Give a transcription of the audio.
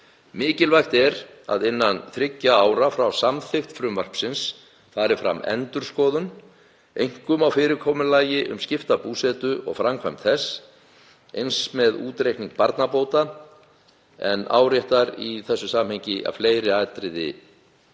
Mikilvægt er að innan þriggja ára frá samþykkt frumvarpsins fari fram endurskoðun, einkum á fyrirkomulagi um skipta búsetu og framkvæmd þess, eins og með útreikning barnabóta, en áréttar í þessu samhengi að fleiri atriði þurfi